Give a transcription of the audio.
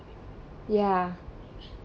ya